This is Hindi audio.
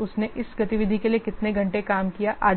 उसने इस गतिविधि के लिए कितने घंटे काम किया है आदि